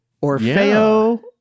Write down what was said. Orfeo